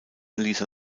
lisa